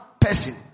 person